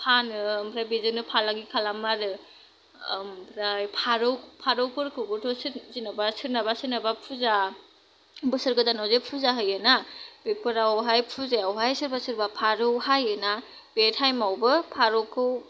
फानो ओमफ्राय बेजोंनो फालांगि खालामो आरो ओमफ्राय फारौ फारौफोरखौबोथ' सोर जेनोबा सोरनाबा सोरनाबा फुजा बोसोर गोदानाव जे फुजा होयोना बेफोरावहाय फुजायावहाय सोरबा सोरबा फारौ हायोना बे टाइमावबो फारौखौ